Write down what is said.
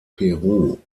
peru